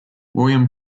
william